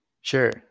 Sure